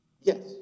Yes